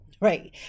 Right